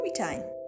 Storytime